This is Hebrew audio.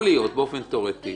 יכול להיות באופן תאורטי.